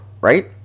right